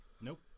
Nope